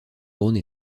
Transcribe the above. drone